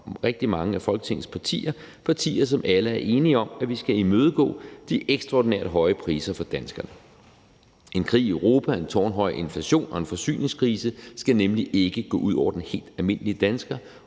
fra rigtig mange af folketingspartier – partier, som alle er enige om, at vi skal imødegå de ekstraordinært høje priser for danskerne. En krig i Europa, en tårnhøj inflation og en forsyningskrise skal nemlig ikke gå ud over den helt almindelige dansker,